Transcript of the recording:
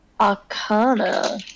Arcana